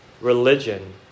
religion